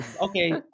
okay